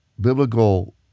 biblical